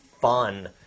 fun